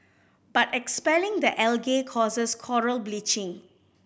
but expelling the algae causes coral bleaching